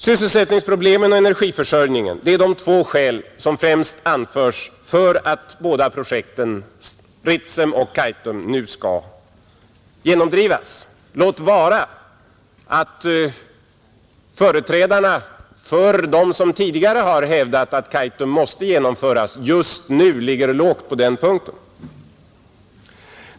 Sysselsättningsproblemen och energiförsörjningen är de två skäl som främst anförs för att båda projekten, Ritsem och Kaitum, nu skall genomdrivas, låt vara att företrädarna för dem som tidigare har hävdat att Kaitum måste genomföras just nu ligger lågt på den punkten.